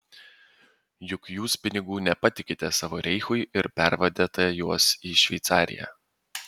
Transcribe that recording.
juk jūs pinigų nepatikite savo reichui ir pervedate juos į šveicariją